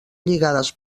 lligades